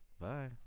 Bye